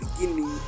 beginning